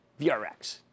VRX